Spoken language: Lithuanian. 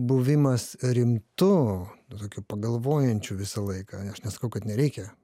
buvimas rimtu nu tokiu pagalvojančiu visą laiką aš nesakau kad nereikia